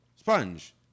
sponge